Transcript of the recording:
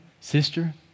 sister